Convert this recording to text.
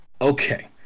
okay